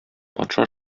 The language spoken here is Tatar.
патша